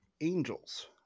Angels